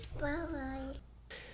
Bye-bye